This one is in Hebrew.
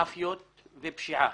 מאפיות ופשיעה.